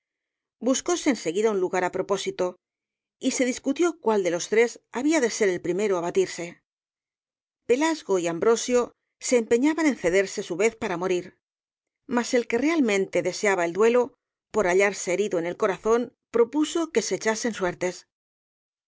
buscóse en seguida un lugar á propósito y se discutió cuál de los tres había de ser el primero á batirse pelasgo y ambrosio se empeñaban en cederse su vez para morir mas el que realmente deseaba el duelo por hallarse herido en el corazón propuso que se echasen suertes